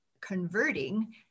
converting